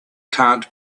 can’t